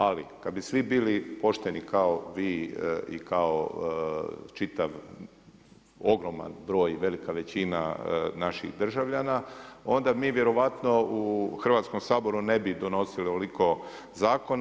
Ali kada bi svi bili pošteni kao vi i kao čitav ogroman broj i velika većina naših državljana, onda mi vjerojatno u Hrvatskom saboru ne bi donosili ovoliko zakona.